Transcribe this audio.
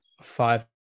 five